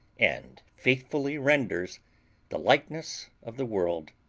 and faithfully renders the likeness of the world.